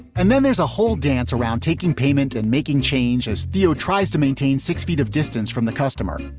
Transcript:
and then there's a whole dance around taking payment and making change as deo tries to maintain six feet of distance from the customer.